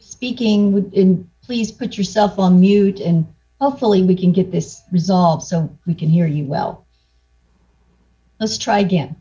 speaking with please put yourself on mute and hopefully we can get this resolved so we can hear you well let's try again